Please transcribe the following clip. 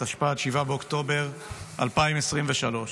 התשפ"ד (7 באוקטובר 2023),